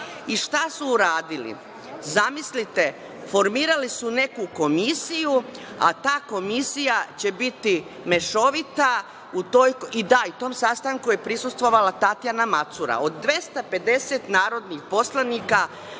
su uradili? Zamislite, formirali su neku komisiju, a ta komisija će biti mešovita. Da, i tom sastanku je prisustvovala Tatjana Macura. Od 250 narodnih poslanika